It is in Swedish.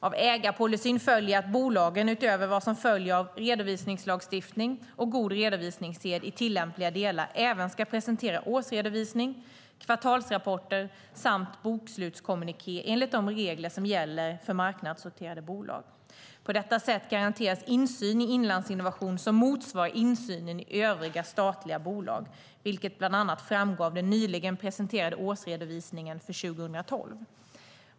Av ägarpolicyn följer att bolagen utöver vad som följer av redovisningslagstiftning och god redovisningssed i tillämpliga delar även ska presentera årsredovisning, kvartalsrapporter samt bokslutskommuniké enligt de regler som gäller för marknadsnoterade bolag. På detta sätt garanteras insyn i Inlandsinnovation som motsvarar insynen i övriga statliga bolag, vilket bland annat framgår av den nyligen presenterade årsredovisningen för 2012.